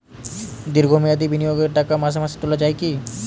দীর্ঘ মেয়াদি বিনিয়োগের টাকা মাসে মাসে তোলা যায় কি?